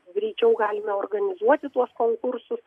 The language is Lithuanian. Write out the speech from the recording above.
greičiau galime organizuoti tuos konkursus